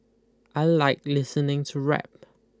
I like listening to rap